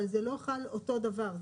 אבל זה לא חל אותו דבר,